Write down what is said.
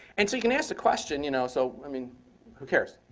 and so you can ask the question, you know, so i mean who cares?